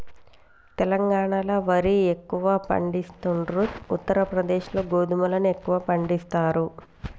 తెలంగాణాల వరి ఎక్కువ పండిస్తాండ్రు, ఉత్తర ప్రదేశ్ లో గోధుమలను ఎక్కువ పండిస్తారు